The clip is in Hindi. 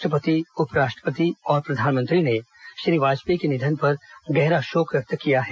राष्ट्रपति उपराष्ट्रपति और प्रधानमंत्री ने श्री वाजपेयी के निधन पर गहरा शोक व्यक्त किया है